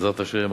בעזרת השם,